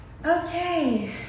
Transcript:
Okay